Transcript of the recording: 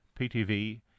PTV